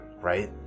right